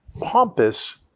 pompous